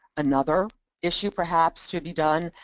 another issue perhaps to be done,